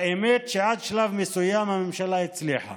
האמת שעד שלב מסוים הממשלה הצליחה